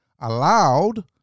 allowed